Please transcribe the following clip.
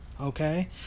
okay